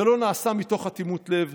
זה לא נעשה מתוך אטימות לב,